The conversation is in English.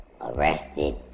arrested